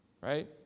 Right